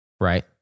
right